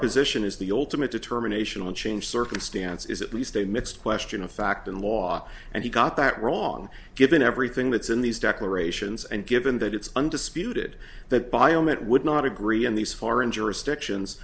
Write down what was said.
position is the ultimate determination of the changed circumstances at least a mixed question of fact and law and he got that wrong given everything that's in these declarations and given that it's undisputed that biomet would not agree in these foreign jurisdictions